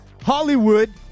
Hollywood